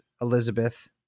Elizabeth